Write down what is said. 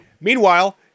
meanwhile